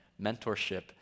Mentorship